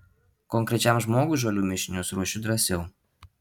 konkrečiam žmogui žolių mišinius ruošiu drąsiau